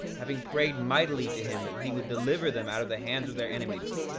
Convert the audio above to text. having prayed mightily to him that he would deliver them out of the hands of their enemies,